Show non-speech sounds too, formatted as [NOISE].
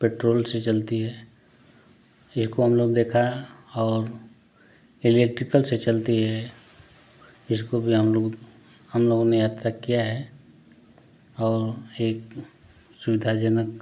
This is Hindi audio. पट्रोल से चलती है [UNINTELLIGIBLE] हमने देखा और इलेक्ट्रिकल से चलती है इसको भी हम लोग हम लोग ने अब तक किया है और एक सुविधाजनक